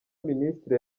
ministre